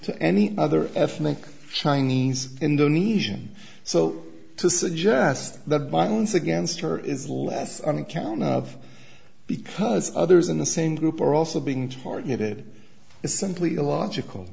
to any other ethnic chinese indonesian so to suggest that violence against her is less on account of because others in the same group are also being targeted is simply illogical